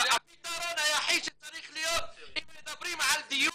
הפתרון היחיד שצריך להיות אם מדברים על דיור